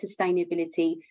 Sustainability